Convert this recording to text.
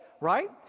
right